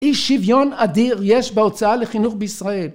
אי שוויון אדיר יש בהוצאה לחינוך בישראל.